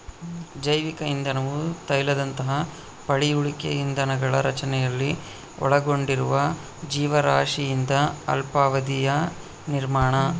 ಜೈವಿಕ ಇಂಧನವು ತೈಲದಂತಹ ಪಳೆಯುಳಿಕೆ ಇಂಧನಗಳ ರಚನೆಯಲ್ಲಿ ಒಳಗೊಂಡಿರುವ ಜೀವರಾಶಿಯಿಂದ ಅಲ್ಪಾವಧಿಯ ನಿರ್ಮಾಣ